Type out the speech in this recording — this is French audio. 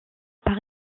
par